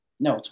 No